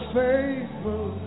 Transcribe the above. faithful